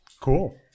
Cool